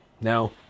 Now